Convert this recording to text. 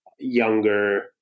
younger